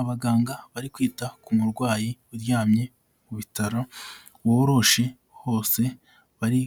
Abaganga bari kwita ku murwayi uryamye mu bitaro, woroshe hose, bari